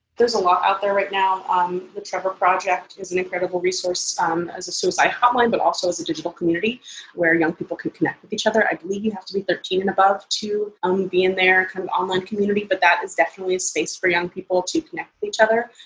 there's a lot out there right now. um the trevor project is an incredible resource um as a suicide hotline, but also as a digital community where young people can connect with each other. i believe you have to be thirteen and above to um be in their online community, but that is definitely a space for young people to connect with each other.